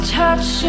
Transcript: touch